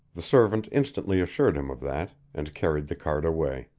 the servant instantly assured him of that, and carried the card away.